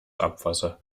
abwasser